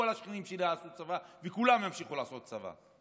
כל השכנים שלי עשו צבא וכולם ימשיכו לעשות צבא.